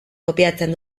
kopiatzen